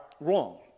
wrong